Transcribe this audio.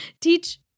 teach